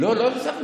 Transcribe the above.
לא, לא החזרנו.